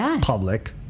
public